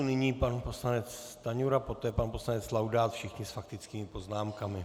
Nyní pan poslanec Stanjura, poté pan poslanec Laudát, všichni s faktickými poznámkami.